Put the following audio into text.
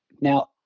Now